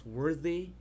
worthy